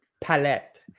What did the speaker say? palette